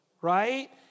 right